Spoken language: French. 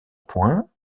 point